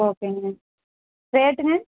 ஓகேங்க ரேட்டுங்க